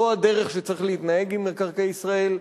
זו הדרך שצריך להתנהג עם מקרקעי ישראל,